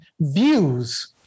views –